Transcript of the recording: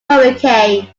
hurricane